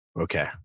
okay